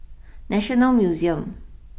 National Museum